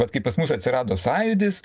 vat kaip pas mus atsirado sąjūdis